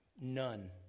none